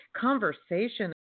conversation